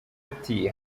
ati